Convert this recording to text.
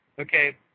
okay